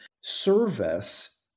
service